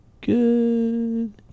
good